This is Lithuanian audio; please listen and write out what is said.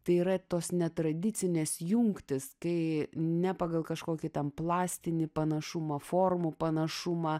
tai yra tos netradicinės jungtys kai ne pagal kažkokį ten plastinį panašumą formų panašumą